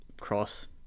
cross